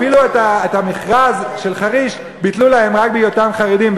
אפילו את המכרז של חריש ביטלו להם רק בגלל היותם חרדים.